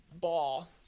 ball